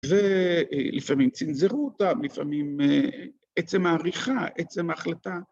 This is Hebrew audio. ‫ולפעמים צנזרו אותם, ‫לפעמים עצם העריכה, עצם ההחלטה.